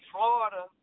Florida